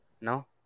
No